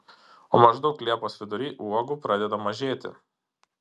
o maždaug liepos vidury uogų pradeda mažėti